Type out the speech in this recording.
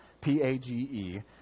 P-A-G-E